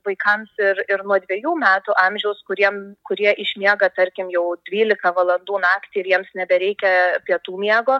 vaikams ir ir nuo dvejų metų amžiaus kuriem kurie išmiega tarkim jau dvylika valandų naktį ir jiems nebereikia pietų miego